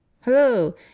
Hello